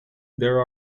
there